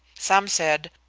some said,